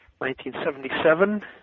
1977